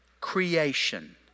creation